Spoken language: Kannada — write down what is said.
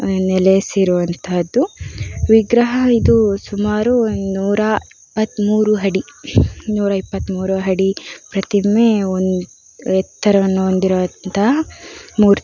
ನೆಲೆಸಿರುವಂತಹದ್ದು ವಿಗ್ರಹ ಇದು ಸುಮಾರು ನೂರ ಇಪ್ಪತ್ತ್ಮೂರು ಅಡಿ ನೂರ ಇಪ್ಪತ್ತ್ಮೂರು ಅಡಿ ಪ್ರತಿಮೆ ಒಂದು ಎತ್ತರವನ್ನು ಹೊಂದಿರುವಂತಹ ಮೂರ್ತಿ